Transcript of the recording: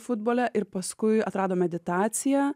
futbole ir paskui atrado meditaciją